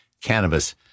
cannabis